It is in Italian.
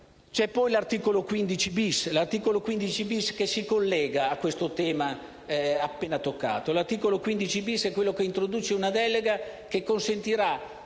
C'è poi l'articolo 15*-bis*, che si collega a questo tema appena toccato. L'articolo 15*-bis* è quello che introduce una delega che consentirà